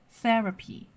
,therapy